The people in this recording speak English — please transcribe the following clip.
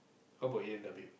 how about A-and-W